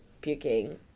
puking